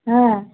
হ্যাঁ